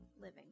living